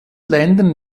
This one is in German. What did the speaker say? ländern